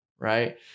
Right